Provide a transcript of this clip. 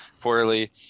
poorly